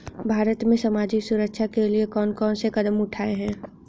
भारत में सामाजिक सुरक्षा के लिए कौन कौन से कदम उठाये हैं?